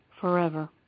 forever